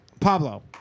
Pablo